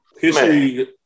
history